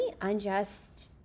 unjust